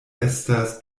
estas